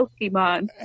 pokemon